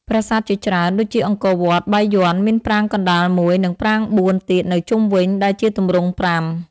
ប្រាសាទជាច្រើន ដូចជាអង្គរវត្ត បាយ័ន មានប្រាង្គកណ្តាលមួយ និងប្រាង្គបួនទៀតនៅជុំវិញ ដែលជាទម្រង់ប្រាំ។